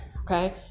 Okay